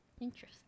Interesting